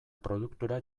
produktora